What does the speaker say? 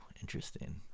interesting